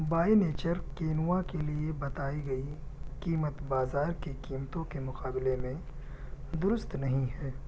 by nature quinoa کے لیے بتائی گئی قیمت بازار کی قیمتوں کے مقابلے میں درست نہیں ہے